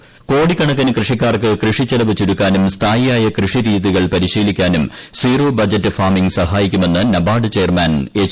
് കോടിക്കണക്കിന് കൃഷിക്കാർക്ക് ്കൃഷിച്ചെലവ് ചുരുക്കാനും സ്ഥായിയായ കൃഷിരീതികൾ പരിശീലിക്ക്ട്ടുനും സീറോ ബജറ്റ് ഫാമിംഗ് സഹായിക്കുമെന്ന് നബാർഡ് ചെയർമീൻ എച്ച്